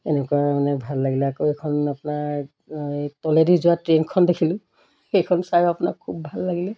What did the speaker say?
এনেকুৱা মানে ভাল লাগিলে আকৌ এইখন আপোনাৰ এই তলেদি যোৱা ট্ৰেইনখন দেখিলোঁ সেইখন চায়ো আপোনাক খুব ভাল লাগিলে